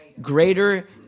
Greater